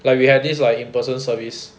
like we had this like in person service